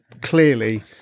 clearly